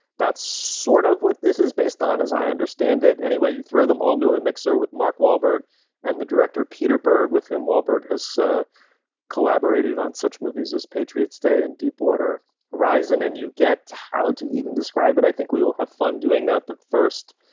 that's sort of what this is based on, as i understand it. anyway, you throw them all to a mixer with mark wahlberg and the director, peter berg, with whom wahlberg has collaborated on such movies as patriot's day and deepwater horizon. and you get how to even describe it. i think we will have fun doing that. but first,